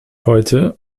heute